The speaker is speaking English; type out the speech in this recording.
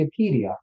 Wikipedia